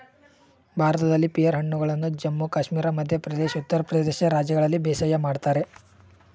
ಭಾರತದಲ್ಲಿ ಪಿಯರ್ ಹಣ್ಣುಗಳನ್ನು ಜಮ್ಮು ಕಾಶ್ಮೀರ ಮಧ್ಯ ಪ್ರದೇಶ್ ಉತ್ತರ ಪ್ರದೇಶ ರಾಜ್ಯಗಳಲ್ಲಿ ಬೇಸಾಯ ಮಾಡ್ತರೆ